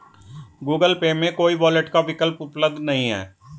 Google Pay में कोई wallet का विकल्प उपलब्ध नहीं है